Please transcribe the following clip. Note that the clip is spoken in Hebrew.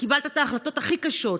וקיבלת את ההחלטות הכי קשות.